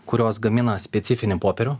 kurios gamina specifinį popierių